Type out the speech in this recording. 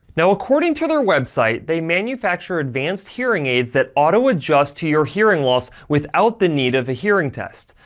now, according to their website, they manufacture advanced hearing aids that auto adjust to your hearing loss without the need of a hearing test.